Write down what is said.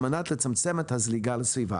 על מנת לצמצם את הזליגה לסביבה.